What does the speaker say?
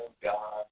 God